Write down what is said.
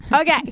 Okay